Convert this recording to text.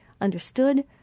understood